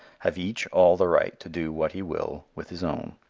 have each all the right to do what he will with his own.